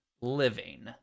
living